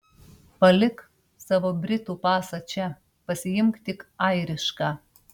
palik savo britų pasą čia pasiimk tik airišką